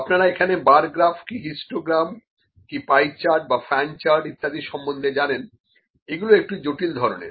আপনারা এখানে bar graph কি হিস্টোগ্রাম কি পাই চার্ট বা ফ্যান চার্ট ইত্যাদি সম্বন্ধে জানেন এগুলো একটু জটিল ধরনের